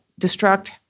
destruct